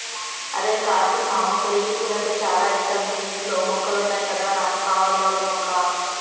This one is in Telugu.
అరేయ్ కార్తీక్ మా అమ్మకు లిల్లీ పూలంటే చాల ఇష్టం మీ ఇంట్లో మొక్కలున్నాయి కదా నాకు కావాల్రా ఓక మొక్క